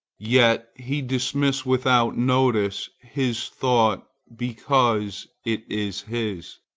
yet he dismisses without notice his thought, because it is his.